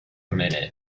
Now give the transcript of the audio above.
minute